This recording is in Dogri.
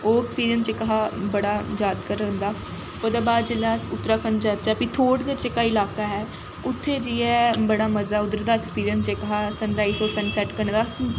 ओह् अक्सपिंरिंस जेह्का हा बड़ा जादगर रौंह्दा ओह्दे बाद जेल्लै अस उत्तराखण्ड जाचै फ्ही थोह्ड़ी देर जेह्का इलाका ऐ उत्थै जाइयै बड़ा मजा ऐ उद्धर दा अक्सपिरिंस जेह्का हा सन राइज होर सन सैट्ट कन्नै दा